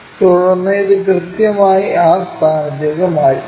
തുടർന്ന് ഇത് കൃത്യമായി ആ സ്ഥാനത്തേക്ക് മാറ്റുക